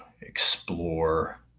explore